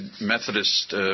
Methodist